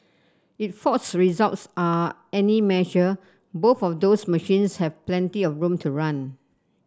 if Ford's results are any measure both of those machines have plenty of room to run